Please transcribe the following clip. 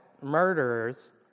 murderers